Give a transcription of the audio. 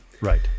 Right